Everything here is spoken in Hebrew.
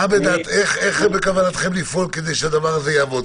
איך בכוונתכם לפעול כדי שזה יעבוד?